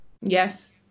Yes